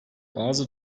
bazı